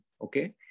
Okay